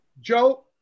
Joe